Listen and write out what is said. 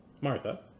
Martha